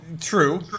true